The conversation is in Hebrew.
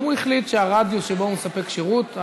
אם הוא החליט שהרדיוס שבו הוא מספק שירות,